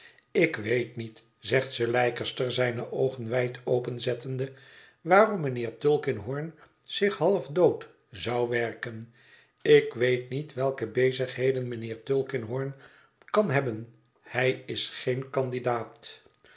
ik weet niet zegt sir leicester zijne oogen wijd openzettende waarom mijnheer tulkinghorn zich half dood zou werken ik weet niet welke bezigheden mijnheer tulkinghorn kan hebben hij is geen candidaat